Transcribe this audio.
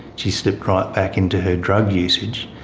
she slipped right back into her drug usage.